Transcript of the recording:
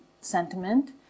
sentiment